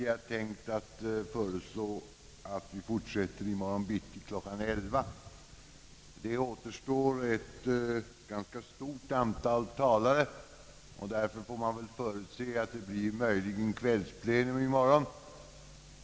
Jag föreslår att vi efter näste talare fortsätter i morgon kl. 11.00. Det återstår ett ganska stort antal talare. Därför får man väl förutsätta att det möjligen blir kvällsplenum i morgon.